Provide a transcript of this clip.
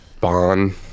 Bond